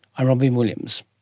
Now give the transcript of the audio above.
i'm robyn williams